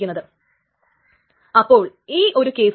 അതുകാരണം ഇത് വളരെ പ്രധാനപ്പെട്ടതാണ്